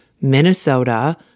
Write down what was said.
Minnesota